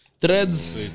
threads